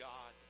God